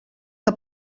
que